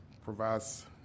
provides